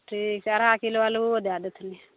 ठीक अढ़ाइ किलो आलुओ दै देथिन